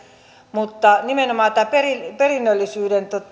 mutta nimenomaan tämän perinnöllisyyden